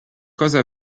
cosa